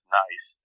nice